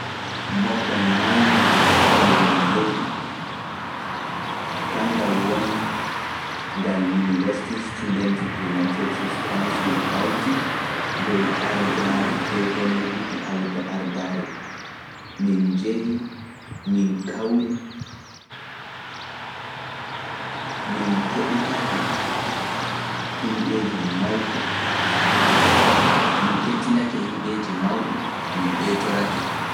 Moobgal mawngal ngal mi yehi, kanngal woni ngal University Student Representative Council hawti dow ardaare, dow hollutuki ardaare, min njehi, min kawri, min keɗitake himɓeeji mawɗi, min kettindake himɓeeji mawɗi, min ɓeytorake.